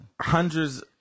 hundreds